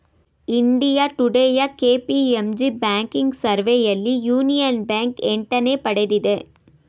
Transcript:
India ಟುಡೇಯ KPMG banking ಸರ್ವೆಯಲ್ಲಿ union bank ಎಂಟನೇ ಪಡೆದಿದೆ